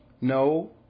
No